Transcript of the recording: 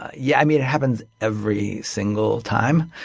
yeah it it happens every single time.